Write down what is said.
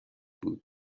بود